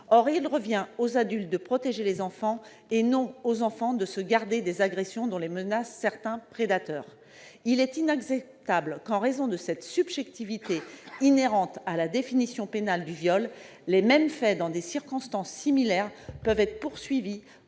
Or il revient aux adultes de protéger les enfants, et non aux enfants de se garder des agressions dont les menacent certains prédateurs. Il est inacceptable que, en raison de cette subjectivité inhérente à la définition pénale du viol, les mêmes faits, dans des circonstances similaires, puissent être poursuivis